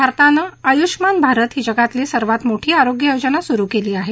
भारतानं आयुष्मान भारत ही जगातली सर्वात मोठी आरोग्य योजना सुरु केली आहे